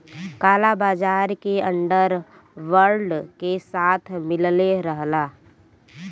काला बाजार के अंडर वर्ल्ड के साथ मिलले रहला